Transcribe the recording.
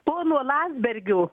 pono landsbergio